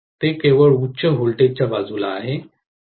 ते केवळ उच्च व्होल्टेजच्या बाजूलाच आहे